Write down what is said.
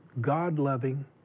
god-loving